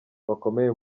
bakomeye